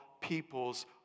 people's